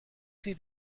see